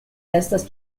estas